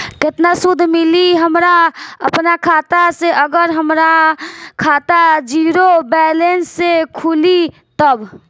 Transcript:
केतना सूद मिली हमरा अपना खाता से अगर हमार खाता ज़ीरो बैलेंस से खुली तब?